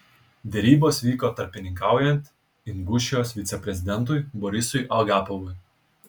derybos vyko tarpininkaujant ingušijos viceprezidentui borisui agapovui